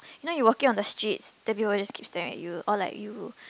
you know you walking on streets then people will just keep staring at you or like you